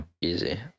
easy